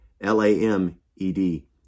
L-A-M-E-D